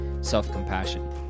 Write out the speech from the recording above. self-compassion